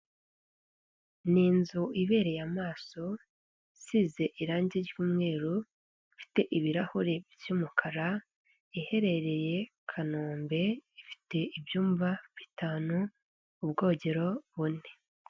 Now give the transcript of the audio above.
Ni inzu ibereye amaso, isize irangi ry'umweru, ifite ibirahuri by'umukara, iherereye Kanombe, ifite ibyumba bitanu, ubwogero bune.